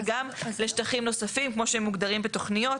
וגם לשטחים נוספים כמו שמוגדרים בתוכניות,